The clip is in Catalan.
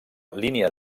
línia